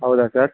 ಹೌದಾ ಸರ್